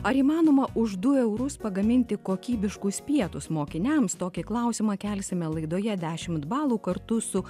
ar įmanoma už du eurus pagaminti kokybiškus pietus mokiniams tokį klausimą kelsime laidoje dešimt balų kartu su